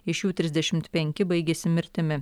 iš jų trisdešimt penki baigėsi mirtimi